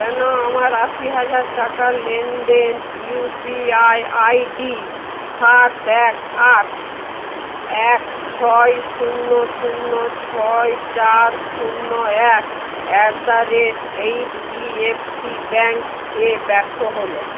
কেন আমার আশি হাজার টাকার লেনদেন ইউপিআই আইডি সাত এক আট এক ছয় শূন্য শূন্য ছয় চার শূন্য এক অ্যাট দ্য রেট এইচডিএফসি ব্যাংকে ব্যর্থ হল